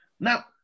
Now